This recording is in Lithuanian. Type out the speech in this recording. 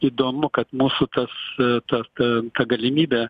įdomu kad mūsų tas tas ta ta galimybę